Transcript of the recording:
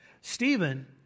Stephen